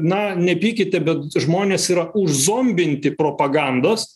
na nepykite bet žmonės yra užzombinti propagandos